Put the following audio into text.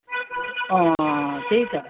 अँ त्यही त